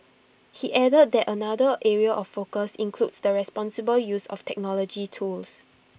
he added that another area of focus includes the responsible use of technology tools